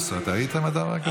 תעלה להתנגד.